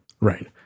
right